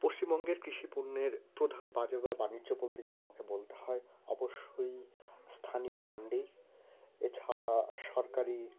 পশ্চিমবঙ্গের কৃষি পণ্যের প্রধান বাজার বা বাণিজ্য বলতে যদি আমাকে বলতে হয় অবশ্যই স্থানীয় মান্ডি এছাড়া সরকারি